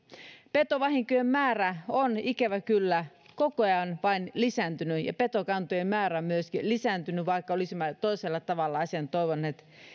petovahinkojen määrä on ikävä kyllä koko ajan vain lisääntynyt ja myös petokantojen määrä on lisääntynyt vaikka olisimme toisella tavalla asian toivoneet